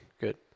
Good